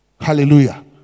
Hallelujah